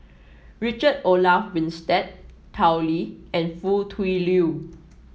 Richard Olaf Winstedt Tao Li and Foo Tui Liew